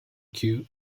cute